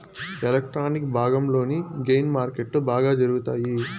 electronic భాగంలోని gain మార్కెట్లో బాగా జరుగుతాయి